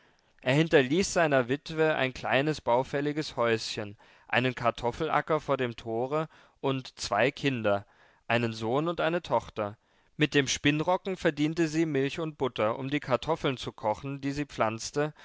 er hinterließ seiner witwe ein kleines baufälliges häuschen einen kartoffelacker vor dem tore und zwei kinder einen sohn und eine tochter mit dem spinnrocken verdiente sie milch und butter um die kartoffeln zu kochen die sie pflanzte